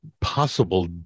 possible